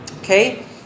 Okay